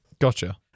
gotcha